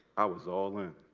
i was all in.